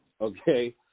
okay